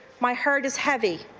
my heart is heavy,